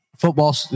Football